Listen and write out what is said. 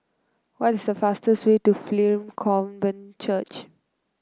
what is the fastest way to Pilgrim Covenant Church